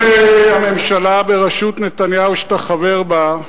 האם הממשלה בראשות נתניהו, שאתה חבר בה,